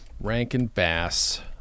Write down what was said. Rankin-Bass